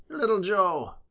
little joe!